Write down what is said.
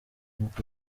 nkuko